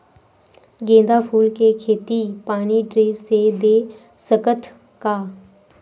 गेंदा फूल के खेती पानी ड्रिप से दे सकथ का?